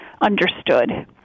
understood